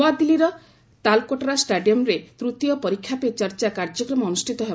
ନୂଆଦିଲ୍ଲୀର ତାଲକୋଟରା ଷ୍ଟାଡିୟମ୍ରେ ତୃତୀୟ ପରୀକ୍ଷା ପେ ଚର୍ଚ୍ଚା କାର୍ଯ୍ୟକ୍ରମ ଅନୁଷ୍ଠିତ ହେବ